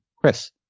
Chris